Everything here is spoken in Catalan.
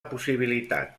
possibilitat